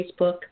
Facebook